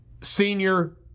senior